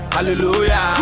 Hallelujah